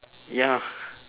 ya